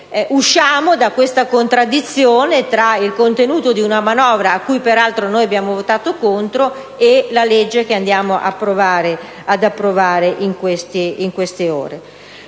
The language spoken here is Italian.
usciamo da questa contraddizione tra il contenuto di una manovra, contro la quale peraltro abbiamo votato, e il testo che andiamo ad approvare in queste ore.